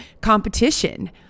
competition